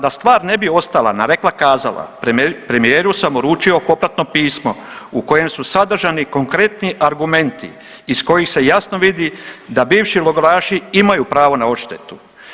Da stvar ne bi ostala na rekla kazala premijeru samo uručio popratno pismo u kojem su sadržani konkretni argumenti, iz kojih se jasno vidi da bivši logoraši imaju pravo na odštetu.